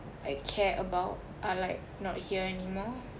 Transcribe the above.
I care about are like not here anymore